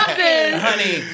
honey